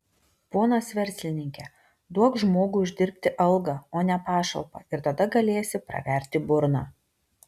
ponas verslininke duok žmogui uždirbti algą o ne pašalpą ir tada galėsi praverti burną